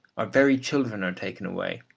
our very children are taken away.